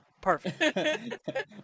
Perfect